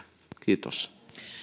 kiitos